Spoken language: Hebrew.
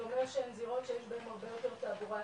זה אומר שהן הזירות שיש בהן הרבה יותר תעבורה,